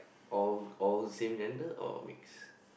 old old same gender or mix